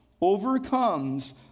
overcomes